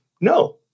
no